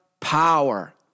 power